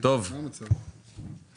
אנחנו